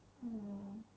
orh